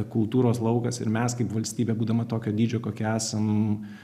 kultūros laukas ir mes kaip valstybė būdama tokio dydžio kokie esam